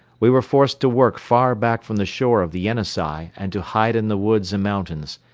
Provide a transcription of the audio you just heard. we were forced to work far back from the shore of the yenisei and to hide in the woods and mountains.